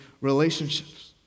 relationships